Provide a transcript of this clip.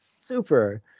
Super